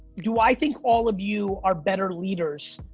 do i think all of you are better leaders,